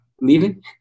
leaving